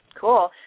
Cool